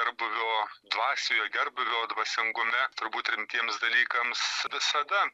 gerbūvio dvasioje gerbūvio dvasingume turbūt rimtiems dalykams visada